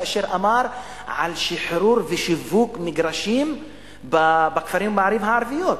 כאשר דיבר על שחרור ושיווק מגרשים בכפרים הערביים ובערים הערביות.